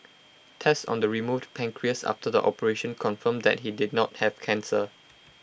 tests on the removed pancreas after the operation confirmed that he did not have cancer